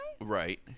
Right